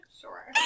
Sure